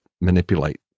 manipulate